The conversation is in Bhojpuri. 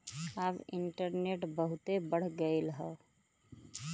अब इन्टरनेट बहुते बढ़ गयल हौ